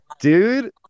dude